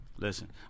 Listen